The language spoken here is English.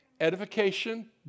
edification